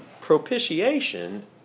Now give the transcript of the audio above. propitiation